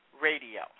radio